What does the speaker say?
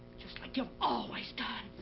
just like you've always done!